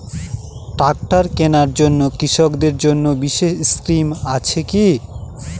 Tractor কেনার জন্য কৃষকদের জন্য বিশেষ স্কিম আছে কি?